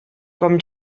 com